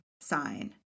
sign